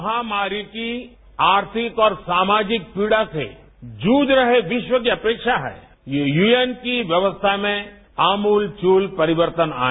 महामारी की आर्थिक और सामाजिक पीड़ा से जूझ रहे विश्व की अपेक्षा है कि यू एन की व्यवस्था में आमूलचूल परिवर्तन आए